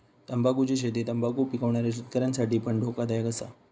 तंबाखुची शेती तंबाखु पिकवणाऱ्या शेतकऱ्यांसाठी पण धोकादायक असा